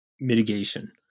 mitigation